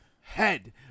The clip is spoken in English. Head